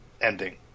ending